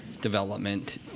development